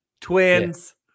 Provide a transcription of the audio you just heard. Twins